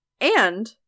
And-